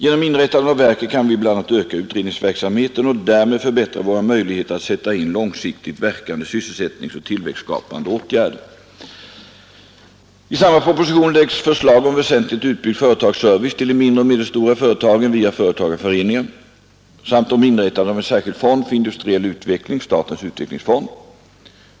Genom inrättandet av verket kan vi bl.a. öka utredningsverksamheten och därmed förbättra våra möjligheter att sätta in långsiktigt verkande I propositionen 41 läggs också förslag om väsentligt utbyggd företagsservice till de mindre och medelstora företagen via företagarföreningarna samt om inrättandet av en särskild fond för industriell utveckling — statens utvecklingsfond.